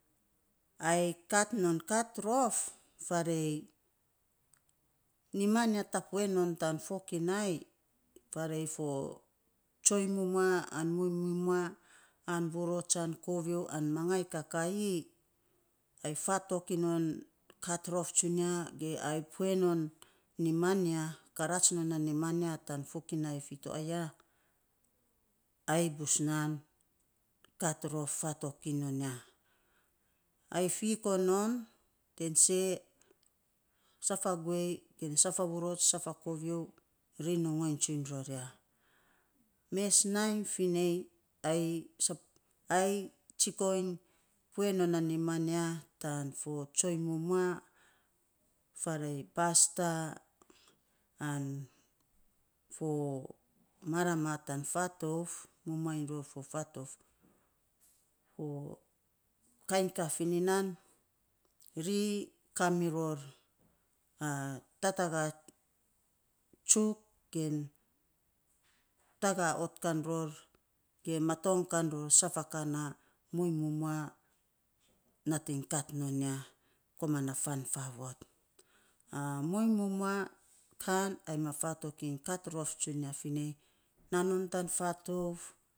Ai kat non kat rof faarei niman ya, tapue non tan fokinai, faarei fo tsuiny mumua an muiny mumua, vurots an kovio an mangai kakaii. Ai fatok iny non kat iny rof tsunia ge ai pue non niman ya ge ai karats non a niman ya tan fokinai fito aya, ai bus nan kat rof, fatok iny non ya. Ai fikoo non te see, saf a guei, saf a vurots, saf a kovio, ri nongon tsuiny ror ya. Mes nainy finei ai pue non a niman ya tan fo tsoiny mumua, faarei pasta, an fo marama tan fatouf, mumua iny ror fo fatouf. Fo kain ka fiminan, ri kamiror tatagaa tsuk gen, tagaa ot kan ror ge maton kan ror saf ka na muiny mumua nating kat non ya, koman na fan faavot. muin mumua kan ai ma fatok iny kat rof tsunia finei na non tan fatouf.